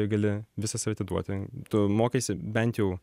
gali visą save atiduoti tu mokaisi bent jau